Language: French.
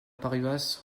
paroisse